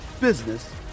business